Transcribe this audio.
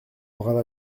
brave